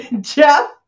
Jeff